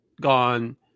gone –